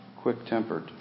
quick-tempered